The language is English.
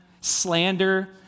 slander